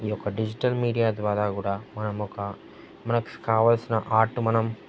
ఈ యొక్క digital media ద్వారా కూడా మనం ఒక మనకు కావాల్సిన ఆర్ట్ మనం